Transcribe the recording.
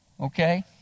Okay